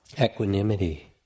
Equanimity